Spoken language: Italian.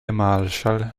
marshall